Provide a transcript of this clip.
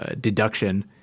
deduction